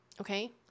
okay